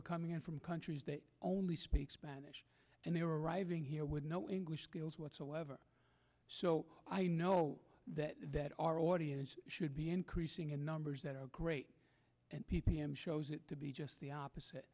are coming in from countries that only speak spanish and they are arriving here with no english skills whatsoever so i know that that are already and should be increasing in numbers that are great and p p m shows it to be just the opposite